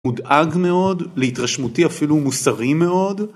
מודאג מאוד, להתרשמותי אפילו מוסרי מאוד.